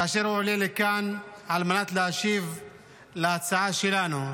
כאשר הוא עולה לכאן על מנת להשיב להצעה שלנו,